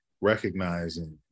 recognizing